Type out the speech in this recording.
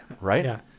right